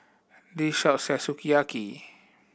this shop sell Sukiyaki